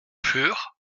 fur